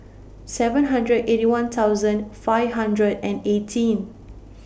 seven hundred Eighty One thousand five hundred and eighteen